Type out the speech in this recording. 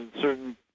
certain